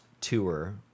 tour